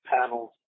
Panels